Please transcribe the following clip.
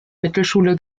mittelschule